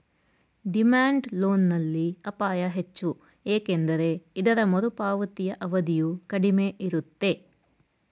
demand loan ನಲ್ಲಿ ಅಪಾಯ ಹೆಚ್ಚು ಏಕೆಂದರೆ ಇದರ ಮರುಪಾವತಿಯ ಅವಧಿಯು ಕಡಿಮೆ ಇರುತ್ತೆ